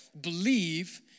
believe